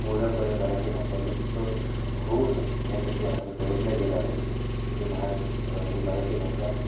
पूर्णपणे मराठी भाषा लुप्त होऊ नये यासाठी आपण प्रयत्न केला पाहिजे ही महाराष्ट्र ही मराठी भाषा